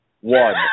One